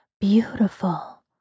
beautiful